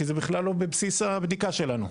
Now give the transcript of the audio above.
כי זה בכלל לא בבסיס הבדיקה שלנו.